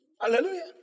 Hallelujah